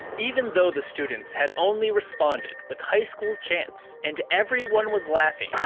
even though the students had only responded with high school chants, and everyone was laughing,